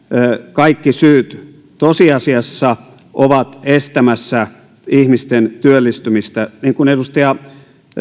kaikki syyt tosiasiassa ovat estämässä ihmisten työllistymistä niin kuin edustajat